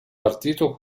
partito